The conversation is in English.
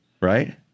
right